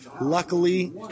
Luckily